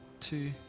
two